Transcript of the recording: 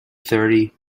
thirty